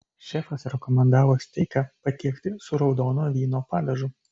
šefas rekomendavo steiką patiekti su raudono vyno padažu